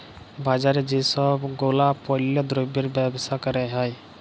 বাজারে যেই সব গুলাপল্য দ্রব্যের বেবসা ক্যরা হ্যয়